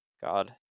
God